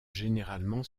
généralement